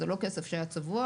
זה לא כסף שהיה צבוע,